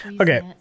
Okay